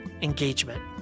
engagement